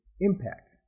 impact